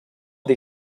dir